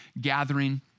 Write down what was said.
gathering